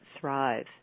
thrive